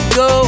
go